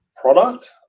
product